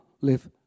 live